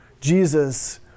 Jesus